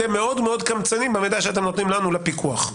אתם מאוד קמצנים במידע שאתם נותנים לנו לפיקוח.